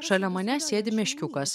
šalia manęs sėdi meškiukas